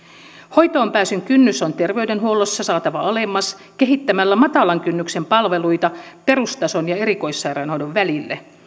hoitoon pääsyn kynnys on terveydenhuollossa saatava alemmas kehittämällä matalan kynnyksen palveluita perustason ja erikoissairaanhoidon välille